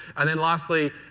and and lastly,